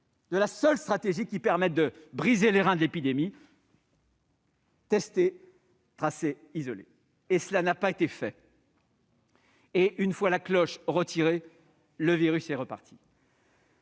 de la seule stratégie qui permette de briser les reins de l'épidémie :« tester, tracer, isoler ». Cela n'a pas été fait, et une fois la cloche retirée, le virus est reparti.